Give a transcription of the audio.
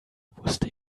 wusste